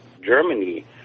Germany